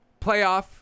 playoff